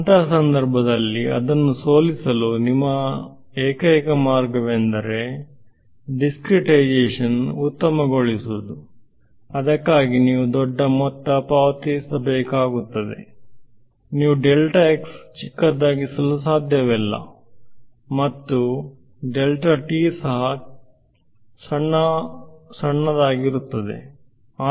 ಅಂತಹ ಸಂದರ್ಭದಲ್ಲಿ ಅದನ್ನು ಸೋಲಿಸಲು ನಿಮ್ಮ ಏಕೈಕ ಮಾರ್ಗವೆಂದರೆ ನಿಮ್ಮ ದಿಸ್ಕ್ರೇಟೈಸೇಶನ್ ಉತ್ತಮಗೊಳಿಸುವುದು ಮತ್ತು ಅದಕ್ಕಾಗಿ ನೀವು ದೊಡ್ಡ ಬಹುಮಾನ ಪಾವತಿಸಬೇಕಾಗುತ್ತದೆ ನೀವು ಚಿಕ್ಕದಾಗಿಸಲು ಸಾಧ್ಯವಿಲ್ಲ ಮತ್ತು ನೀವು ಸಹ ಚಿಕ್ಕವರಾಗಿರುತ್ತೀರಿ ಮತ್ತು